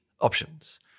options